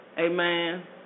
Amen